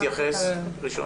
מי תתייחס ראשונה?